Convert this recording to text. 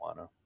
marijuana